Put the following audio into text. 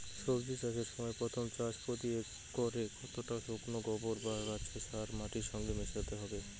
সবজি চাষের সময় প্রথম চাষে প্রতি একরে কতটা শুকনো গোবর বা কেঁচো সার মাটির সঙ্গে মেশাতে হবে?